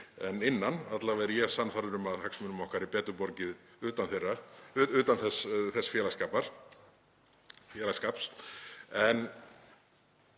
en innan, alla vega er ég sannfærður um að hagsmunum okkar er betur borgið utan þess félagsskapar.